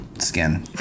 skin